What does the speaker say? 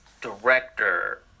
director